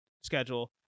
schedule